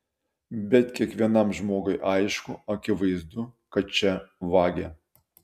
bet kiekvienam žmogui aišku akivaizdu kad čia vagia